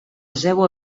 seua